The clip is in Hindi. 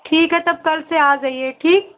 ठीक है तब कल से आ जाइए ठीक